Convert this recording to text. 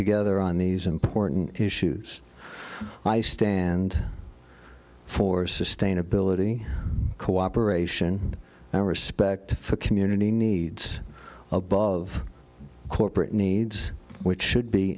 together on these important issues i stand for sustainability cooperation and respect for the community needs above corporate needs which should be